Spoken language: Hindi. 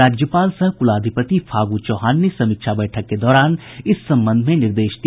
राज्यपाल सह कुलाधिपति फागू चौहान ने समीक्षा बैठक के दौरान इस संबंध में निर्देश दिया